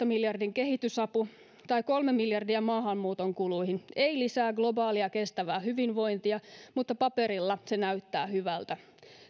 miljardin kehitysapu tai kolme miljardia maahanmuuton kuluihin ei lisää globaalia kestävää hyvinvointia mutta paperilla se näyttää hyvältä